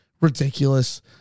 ridiculous